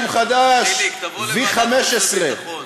חיליק, תבוא לוועדת חוץ וביטחון.